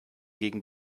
gegen